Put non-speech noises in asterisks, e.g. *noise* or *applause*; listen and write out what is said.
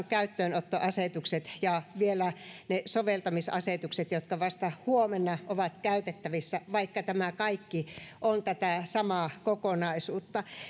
*unintelligible* käyttöönottoasetukset ja vielä ne soveltamisasetukset jotka vasta huomenna ovat käytettävissä vaikka tämä kaikki on tätä samaa kokonaisuutta